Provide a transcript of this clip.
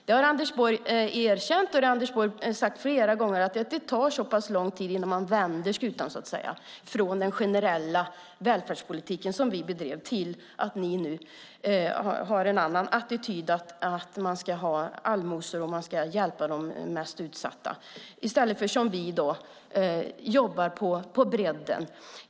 Det har Anders Borg erkänt, och han har flera gånger sagt att det tar så pass lång tid innan man vänder skutan så att säga från den generella välfärdspolitiken som vi bedrev till att man, som ni, har en annan attityd och ska ha allmosor och hjälpa de mest utsatta. Vi arbetar i stället på bredden.